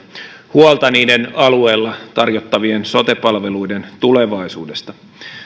huolta niiden alueella tarjottavien sote palveluiden tulevaisuudesta